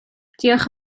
diolch